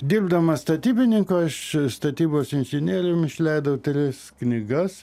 dirbdamas statybininku aš statybos inžinierium išleidau tris knygas